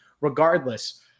Regardless